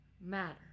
matter